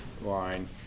line